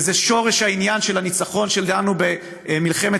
וזה שורש העניין של הניצחון שלנו במלחמת